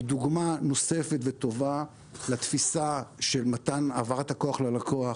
היא דוגמה נוספת וטובה לתפיסה של מתן העברת הכוח ללקוח,